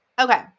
Okay